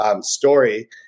story